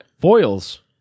Foils